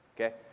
okay